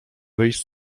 wyjść